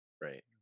right